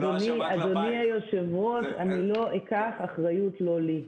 אדוני היושב-ראש, אני לא אקח אחריות לא לי.